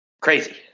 Crazy